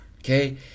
okay